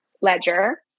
ledger